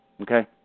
okay